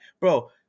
bro